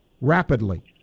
rapidly